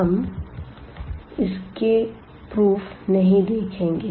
हम इसके प्रूफ नहीं देखेंगे